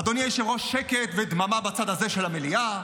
אדוני היושב-ראש, שקט ודממה בצד הזה של המליאה,